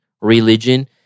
religion